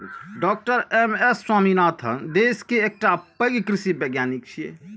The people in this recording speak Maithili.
डॉ एम.एस स्वामीनाथन देश के एकटा पैघ कृषि वैज्ञानिक छियै